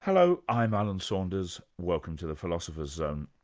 hello, i'm alan saunders welcome to the philosopher's zone.